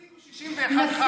אז תשיגו 61 ח"כים עכשיו.